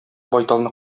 байталны